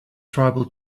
tribal